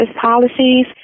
policies